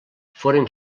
foren